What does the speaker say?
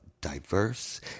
diverse